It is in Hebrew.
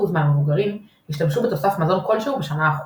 מהמבוגרים השתמשו בתוסף מזון כלשהו בשנה האחרונה.